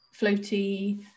floaty